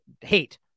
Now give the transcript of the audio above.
hate